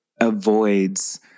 avoids